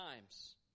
times